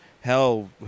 hell